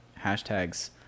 hashtags